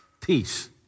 peace